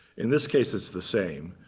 in this case, it's the same.